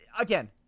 again